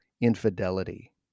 infidelity